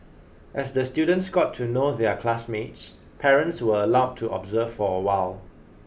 as the students got to know their classmates parents were allowed to observe for a while